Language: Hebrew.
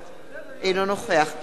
אינו נוכח לימור לבנת,